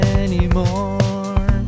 anymore